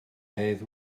hedd